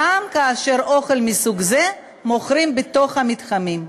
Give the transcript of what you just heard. גם כאשר אוכל מסוג זה נמכר בתוך המתחמים.